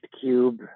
Cube